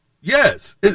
Yes